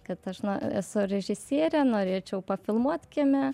kad aš na esu režisierė norėčiau pafilmuot kieme